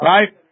Right